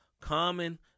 common